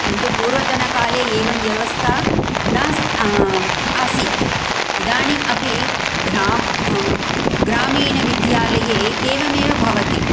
किन्तु पूर्वतनकाले एवं व्यवस्था न आसीत् इदानीमपि ग्रामे ग्रामीण विद्यालये एवमेव भवति